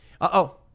Uh-oh